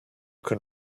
can